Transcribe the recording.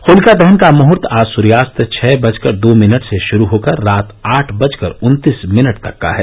होलिका दहन का मुहर्त आज सुर्यास्त छह बजकर दो मिनट से शुरू होकर रात आठ बजकर उन्तीस मिनट तक का है